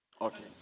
okay